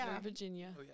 Virginia